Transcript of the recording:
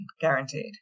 guaranteed